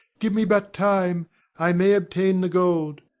give me but time i may obtain the gold.